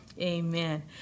Amen